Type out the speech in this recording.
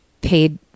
paid